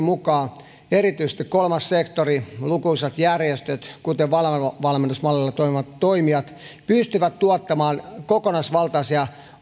mukaan erityisesti kolmas sektori lukuisat järjestöt kuten valo valmennusmallilla toimivat toimijat pystyvät tuottamaan kokonaisvaltaisia